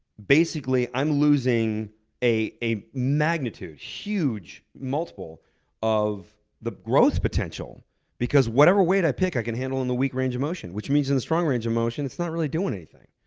basically, i'm losing a a magnitude, huge multiple of the growth potential because whatever weight i pick, i can handle in the weak range of motion, which means in the strong range of motion, it's not really doing anything.